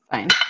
Fine